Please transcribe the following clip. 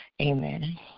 amen